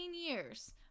years